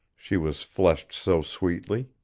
she was fleshed so sweetly.